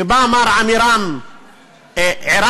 ובא מר ערן ניצן